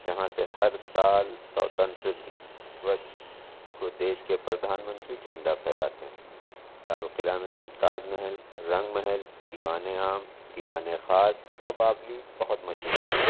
جہاں سے ہر سال سوتنتر دوس کو دیش کے پردھان منتری جھنڈا پھیراتے ہیں لال قلعہ میں ممتاز محل رنگ محل دیوانِ عام دیوانِ خاص و باؤلی بہت مشہور ہیں